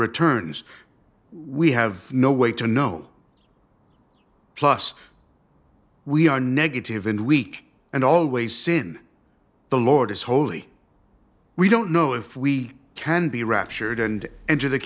returns we have no way to know plus we are negative and weak and always sin the lord is holy we don't know if we can be raptured and enter the